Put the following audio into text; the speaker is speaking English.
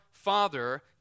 Father